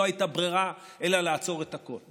לא הייתה ברירה אלא לעצור את הכול,